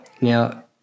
Now